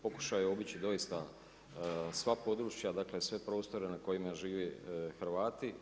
Pokušao je obići doista sva područja, dakle, sve prostore na kojima žive Hrvati.